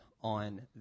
on